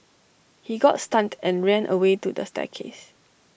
he got stunned and ran away to the staircase